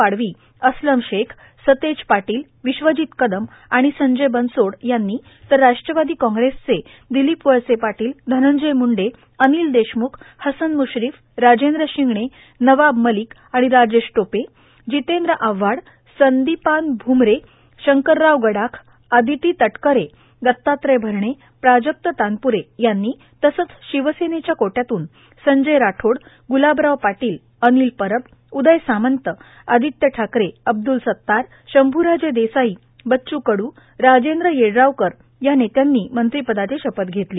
पाडवी असलम शेख सतेज पाटील विश्वजित कदम आणि संजय बनसोड यांनी तर राष्ट्रवादी काँग्रेसचे दीलीप वळसे पाटील धनंजय म्ंडे अनिल देशम्ख हसन म्श्रीफ राजेंद्र शिंगणे नवाब मलिक आणि राजेश टोपे जितेंद्र आव्हाड संदीपान भ्मरे भालासाहेब पाटील शंकरराव गडाख आदिती तटकरे दत्ताव्रय भरणे प्राजक्त तानप्रे यांनी तसंच शिवसेनेच्या कोट्यातून संयज राठोड गुलाबराव पाटील अनिल परब उदय सामंत आदित्य ठाकरे अब्द्रल सतार शंभूराजे देसाई बच्चू कडू राजेंद्र येड्रावकर या नेत्यांनी मंत्रिपदाची शपथ घेतली